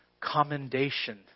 commendation